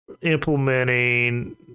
implementing